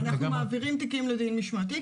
אנחנו מעבירים תיקים לדין משמעתי.